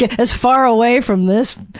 yeah as far away from this,